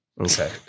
Okay